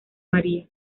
maría